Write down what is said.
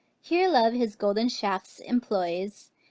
here love his golden shafts employs,